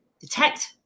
detect